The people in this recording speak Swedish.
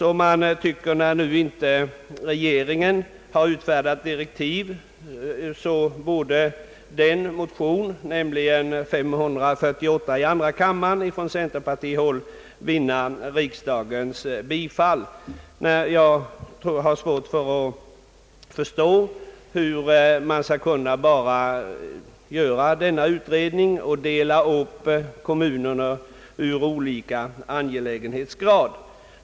När regeringen nu inte har utfärdat direktiv, borde motionen nr 548 i andra kammaren från centerpartiet vinna riksdagens bifall. Jag har svårt att förstå, hur man skall kunna göra denna utredning och dela upp kommunerna i olika angelägenhetsgrader.